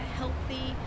healthy